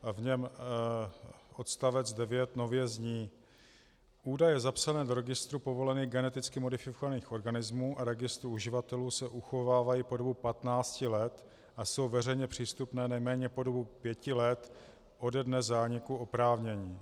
V něm odstavec 9 nově zní: Údaje zapsané v registru povolených geneticky modifikovaných organismů a registru uživatelů se uchovávají po dobu 15 let a jsou veřejně přístupné nejméně po dobu pěti let ode dne zániku oprávnění.